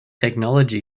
technology